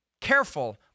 careful